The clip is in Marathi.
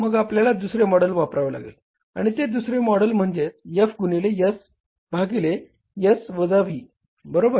मग आपल्याला दुसरे मॉडेल वापरावे लागेल आणि ते दुसरे मॉडेल म्हणजेच F गुणिले S भागिले S वजा V बरोबर